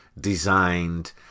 designed